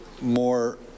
More